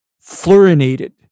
fluorinated